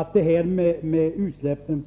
Återigen poängterar jag att utsläppen